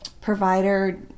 provider